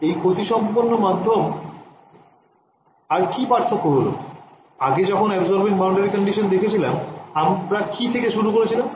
এই ক্ষতি সম্পন্ন মাধ্যমে আর কি পার্থক্য হল আগে যখন absorbing boundary condition দেখেছিলাম আমরা কি থেকে শুরু করেছিলাম